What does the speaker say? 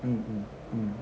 mm mm mm